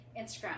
Instagram